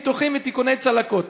ניתוחים ותיקוני צלקות.